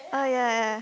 oh ya ya